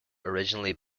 originally